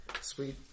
Sweet